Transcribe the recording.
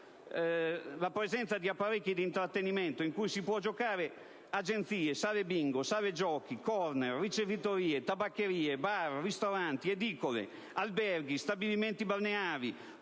la presenza di apparecchi da intrattenimento in agenzie, sale bingo, sale giochi, corner, ricevitorie, tabaccherie, bar, ristoranti, edicole, alberghi, stabilimenti balneari